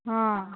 ହଁ